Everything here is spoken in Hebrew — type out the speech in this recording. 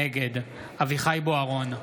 נגד אביחי אברהם בוארון,